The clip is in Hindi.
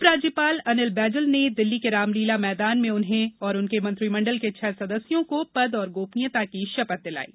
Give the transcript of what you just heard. उप राज्यपाल अनिल बैजल ने दिल्ली के रामलीला मैदान में उन्हें और उनके मंत्रिमंडल के छह सदस्यों को पद और गोपनीयता की शपथ दिलायी